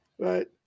right